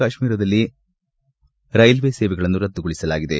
ಕಾಶ್ಮೀರದಲ್ಲಿ ರೈಲು ಸೇವೆಗಳನ್ನು ರದ್ದುಗೊಳಿಸಲಾಗಿದೆ